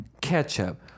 ketchup